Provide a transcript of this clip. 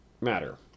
matter